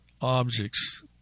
objects